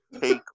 take